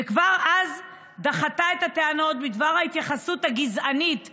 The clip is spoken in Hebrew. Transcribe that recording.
וכבר אז דחתה את הטענות בדבר ההתייחסות הגזענית לעולים.